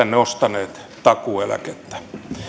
nostaneet takuueläkettä